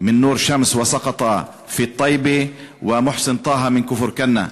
מנור א-שמס (אומר בערבית:), ומוחסן טאהא מכפר-כנא.